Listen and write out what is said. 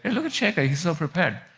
look at shekhar. he's so prepared.